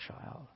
child